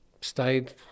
stayed